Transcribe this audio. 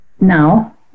now